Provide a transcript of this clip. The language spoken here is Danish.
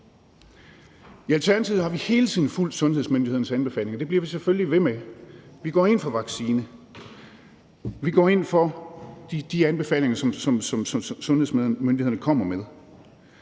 I Alternativet har vi hele tiden fulgt sundhedsmyndighedernes anbefalinger, og det bliver vi selvfølgelig ved med. Vi går ind for vaccine. Vi går ind for de anbefalinger, som sundhedsmyndighederne kommer med.